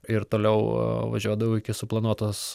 ir toliau važiuodavau iki suplanuotos